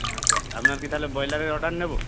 হ্যাঁ স্যার আপনার কি তাহলে ব্রয়লারের অর্ডার নেব